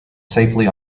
safely